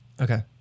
Okay